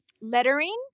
lettering